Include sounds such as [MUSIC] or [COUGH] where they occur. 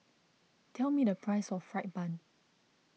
tell me the [NOISE] price of Fried Bun